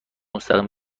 مستقیم